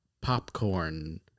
popcorn